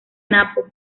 napo